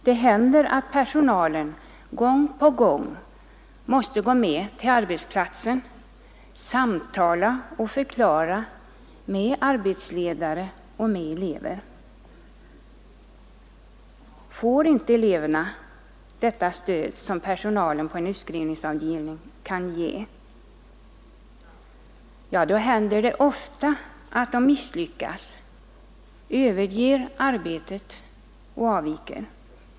Det händer att personalen gång på gång måste gå med till arbetsplatsen, förklara för och samtala med arbetsledare och elever. Får inte eleverna det stöd som personalen på en utskrivningsavdelning kan ge, händer det ofta att de misslyckas, överger arbetet och avviker.